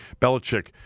Belichick